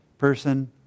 person